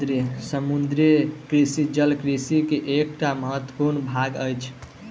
समुद्रीय कृषि जल कृषि के एकटा महत्वपूर्ण भाग अछि